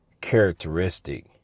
characteristic